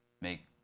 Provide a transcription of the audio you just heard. make